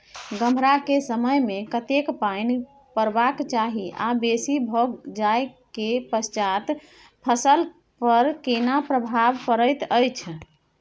गम्हरा के समय मे कतेक पायन परबाक चाही आ बेसी भ जाय के पश्चात फसल पर केना प्रभाव परैत अछि?